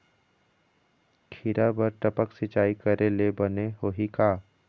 खिरा बर टपक सिचाई करे ले बने होही का?